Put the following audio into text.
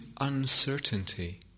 uncertainty